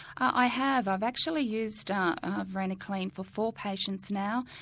i have, i've actually used varenicline for four patients now,